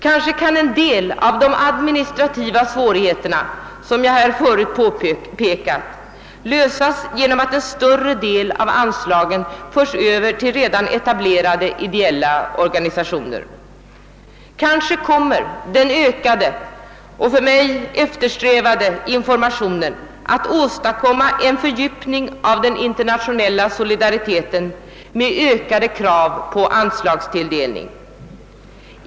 Kanske kan en del av de administrativa svårigheter, som jag här förut har påpekat, lösas genom att en större del av anslagen förs Över till redan etablerade ideella organisationer. Kanske kommer den ökade och av mig eftersträvade informationen att åstadkomma en fördjupning av den internationella solidaritetskänslan med ökade krav på anslagstilldelning.